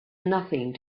nothing